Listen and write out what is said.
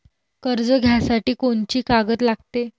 कर्ज घ्यासाठी कोनची कागद लागते?